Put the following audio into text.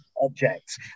objects